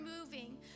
moving